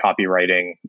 copywriting